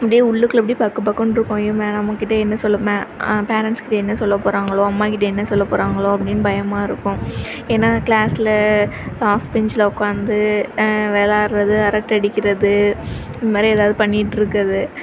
அப்படியே உள்ளுக்குள்ளே அப்படியே பக்குபக்குனுருக்கும் அய்யோ மேம் கிட்ட என்ன சொல்ல பேரன்ட்ஸ் கிட்ட என்ன சொல்ல போகிறாங்களோ அம்மா கிட்ட என்ன சொல்ல போகிறாங்களோ அப்படின்னு பயமாயிருக்கும் ஏன்னா கிளாஸில் லாஸ்ட் பென்ச்சில் உக்காந்து விளாட்றது அரட்டை அடிக்கிறது இதுமாதிரி எதாவது பண்ணிட்டிருக்கறது